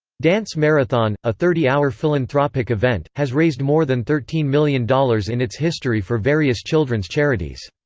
dance marathon, a thirty hour philanthropic event, has raised more than thirteen million dollars in its history for various children's charities.